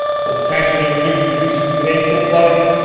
so potential to reduce reduce basement flooding,